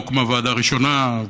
הוקמה ועדה ראשונה,